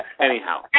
Anyhow